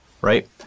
right